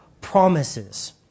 promises